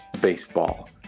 baseball